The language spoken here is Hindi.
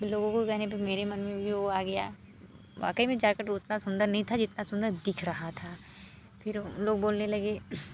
लोगों के कहने पे मेरे मन में भी वो आ गया वाकई में जैकेट उतना सुंदर नहीं था जितना सुंदर दिख रहा था फिर लोग बोलने लगे